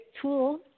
tool